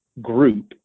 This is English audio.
group